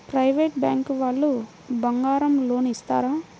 Private bank వాళ్ళు బంగారం loan ఇస్తారా?